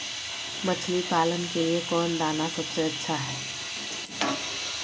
मछली पालन के लिए कौन दाना सबसे अच्छा है?